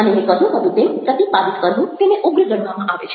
અને મેં કહ્યું હતું તેમ પ્રતિપાદિત કરવું તેને ઉગ્ર ગણવામાં આવે છે